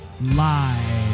live